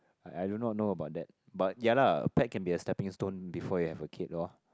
I I do not know about that but ya lah pet can be a stepping stone before you have a kid lor